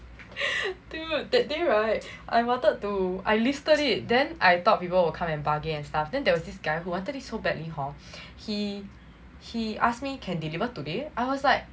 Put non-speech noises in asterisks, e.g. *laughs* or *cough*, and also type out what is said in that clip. *laughs* dude that day right I wanted to I listed it then I thought people will come and bargain and stuff then there was this guy who wanted it so badly hor he he ask me can deliver today I was like